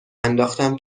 انداختم